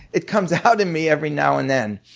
it comes out in me every now and then.